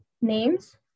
names